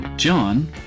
John